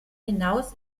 hinaus